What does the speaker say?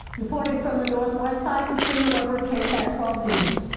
reporting from the northwest side, katrina webber, ksat twelve news.